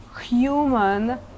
human